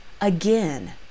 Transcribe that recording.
again